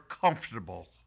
comfortable